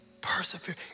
Persevere